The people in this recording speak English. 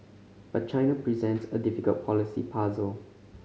but China presents a difficult policy puzzle